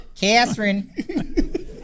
Catherine